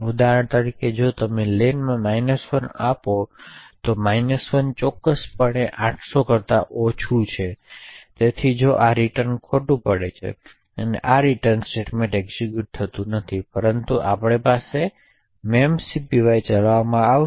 ઉદાહરણ તરીકે જો આપણે લેન માં 1 આપીએ 1 ચોક્કસપણે 800 કરતા ઓછું છે અને તેથી જો આ રિટર્ન ખોટું પડે છે અને આ રીટર્ન સ્ટેટમેંટ એક્ઝેક્યુટ થતું નથી પરંતુ આપણી પાસે memcpy ચલાવવામાં આવશે